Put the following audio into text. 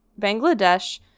bangladesh